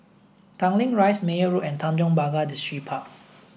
Tanglin Rise Meyer Road and Tanjong Pagar Distripark